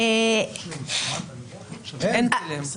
אין כלים.